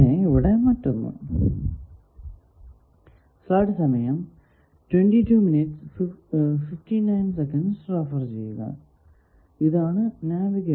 ഇതാണ് നാവിഗേഷൻ